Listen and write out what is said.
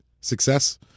success